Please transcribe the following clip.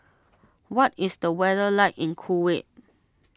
what is the weather like in Kuwait